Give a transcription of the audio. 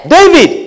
David